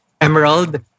Emerald